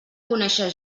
conèixer